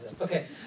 Okay